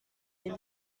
les